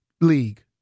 league